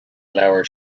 leabhar